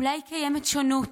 אולי קיימת שונות,